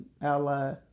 ally